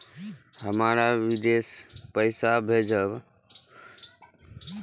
हमरा विदेश पैसा भेज के लेल की करे परते?